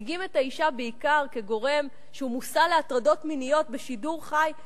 מציגים את האשה בעיקר כגורם שהוא מושא להטרדות מיניות בשידור חי,